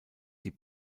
die